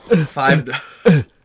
Five